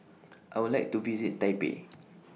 I Would like to visit Taipei